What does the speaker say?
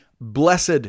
blessed